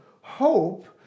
hope